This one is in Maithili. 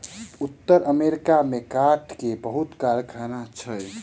उत्तर अमेरिका में काठ के बहुत कारखाना छै